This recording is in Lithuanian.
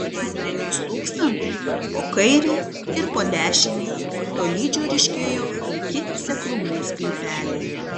vandeniui slūgstant po kairei ir po dešinei tolydžio ryškėjo pliki seklumų sklypeliai